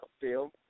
film